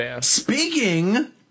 Speaking